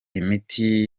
imiti